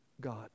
God